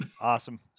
Awesome